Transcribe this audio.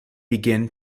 begin